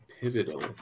pivotal